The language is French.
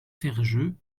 ferjeux